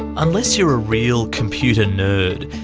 unless you're a real computer nerd,